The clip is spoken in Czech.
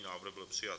Návrh byl přijat.